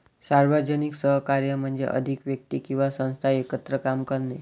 सार्वजनिक सहकार्य म्हणजे अधिक व्यक्ती किंवा संस्था एकत्र काम करणे